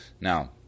Now